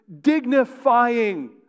dignifying